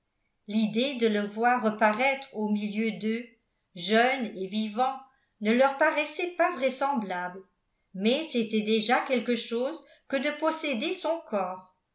l'idée de le voir reparaître au milieu d'eux jeune et vivant ne leur paraissait pas vraisemblable mais c'était déjà quelque chose que de posséder son corps